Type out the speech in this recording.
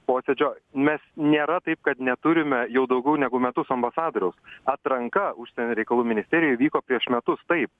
posėdžio mes nėra taip kad neturime jau daugiau negu metus ambasadoriaus atranka užsienio reikalų ministerijoje vyko prieš metus taip